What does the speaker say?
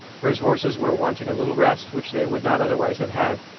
for his horses were wanting a little rest which they would not otherwise have had.